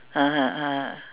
(uh huh) ah